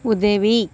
உதவி